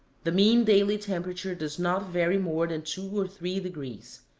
the mean daily temperature does not vary more than two or three degrees.